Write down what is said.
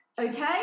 okay